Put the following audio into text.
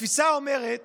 התפיסה אומרת